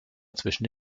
zwischen